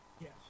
Yes